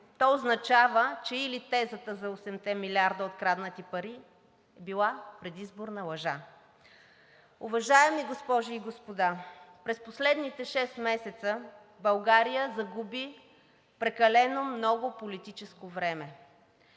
то означава, че тезата за 8-те милиарда откраднати пари е била предизборна лъжа. Уважаеми госпожи и господа, през последните шест месеца България загуби прекалено много политическо време.